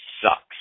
sucks